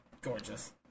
Gorgeous